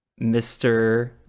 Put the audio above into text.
Mr